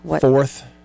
fourth